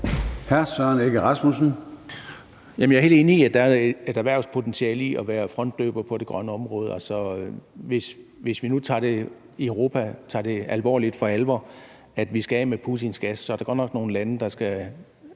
Jeg er helt enig i, at der er et erhvervspotentiale i at være frontløber på det grønne område. Hvis vi nu virkelig tager det alvorligt i Europa, at vi skal af med Putins gas, så er der godt nok nogle lande, der skal